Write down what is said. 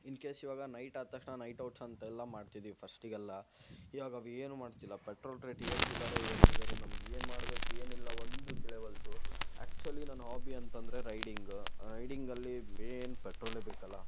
ಇನ್ case ಇವಾಗ night ಆದ ತಕ್ಷಣ ನೈಟ್ ಔಟ್ಸ್ ಅಂತೆಲ್ಲ ಮಾಡ್ತಿದೀವಿ ಫಸ್ಟಿಗೆಲ್ಲ ಇವಾಗ ಅವು ಏನೂ ಮಾಡ್ತಿಲ್ಲ ಪೆಟ್ರೋಲ್ ರೇಟ್ ಏರಿಸಿದಾರೆ ಏರಿಸಿದಾರೆ ನಮ್ಗೆ ಏನು ಮಾಡ್ಬೇಕು ಏನಿಲ್ಲ ಒಂದೂ ತಿಳಿವಲ್ದು ಆ್ಯಕ್ಚುಲಿ ನನ್ನ ಹಾಬಿ ಅಂತಂದರೆ ರೈಡಿಂಗು ರೈಡಿಂಗಲ್ಲಿ ಮೇನ್ ಪೆಟ್ರೋಲೆ ಬೇಕಲ್ವ